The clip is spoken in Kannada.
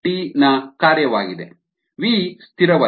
V V ಸ್ಥಿರವಲ್ಲ